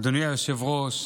אדוני היושב-ראש,